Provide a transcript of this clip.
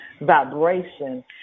vibration